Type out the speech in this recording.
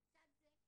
לצד זה,